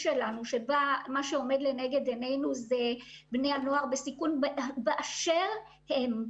שמה שעומד לנגד עינינו הם אותם בני נוער בסיכון באשר הם,